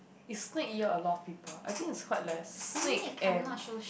is snake year a lot of people I think is quite less snake and